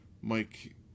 Mike